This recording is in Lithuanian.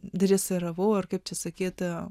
dresiravau ar kaip čia sakyt